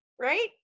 Right